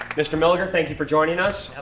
mr. milliger, thank you for joining us.